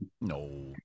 No